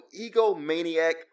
egomaniac